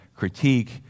critique